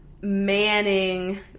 manning